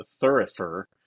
thurifer